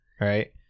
right